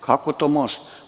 Kako to može?